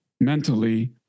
mentally